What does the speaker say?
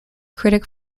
critic